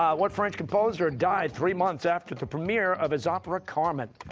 what french composer died three months after the premiere of his opera carmen?